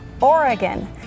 Oregon